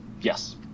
yes